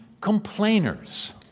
complainers